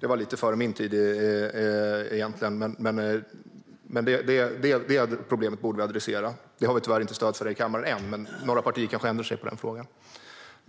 Det var lite före min tid egentligen. Men det problemet borde vi adressera. Det har vi tyvärr inte stöd för här i kammaren än, men några partier kanske ändrar sig i den frågan.